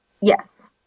Yes